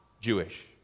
Jewish